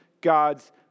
God's